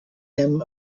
him